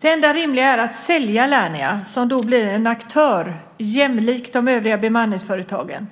Det enda rimliga är att sälja Lernia som då blir en aktör jämlik de övriga bemanningsföretagen.